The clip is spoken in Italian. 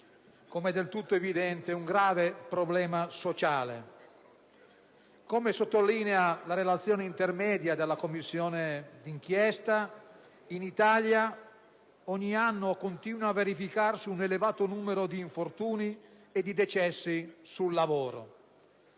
come è del tutto evidente, un grave problema sociale. Come sottolineato nella Relazione intermedia sull'attività svolta dalla Commissione d'inchiesta, in Italia ogni anno continua a verificarsi un elevato numero di infortuni e di decessi sul lavoro.